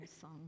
song